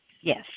Yes